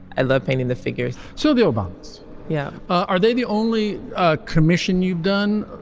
i love painting the figures so the obamas yeah. are they the only ah commission you've done.